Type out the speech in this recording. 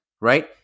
right